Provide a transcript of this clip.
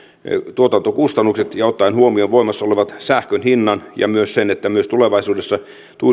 tuotantokustannukset ja ottaen huomioon voimassa olevansähkönhinnan ja myös sen että myös tulevaisuudessa